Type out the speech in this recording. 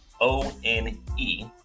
O-N-E